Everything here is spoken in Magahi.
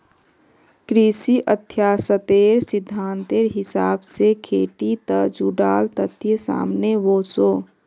कृषि अर्थ्शाश्त्रेर सिद्धांतेर हिसाब से खेटी से जुडाल तथ्य सामने वोसो